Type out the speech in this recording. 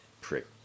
prick